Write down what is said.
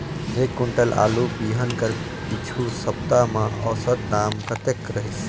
एक कुंटल आलू बिहान कर पिछू सप्ता म औसत दाम कतेक रहिस?